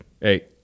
Hey